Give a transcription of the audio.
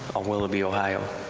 ah, willoughby, ohio.